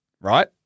right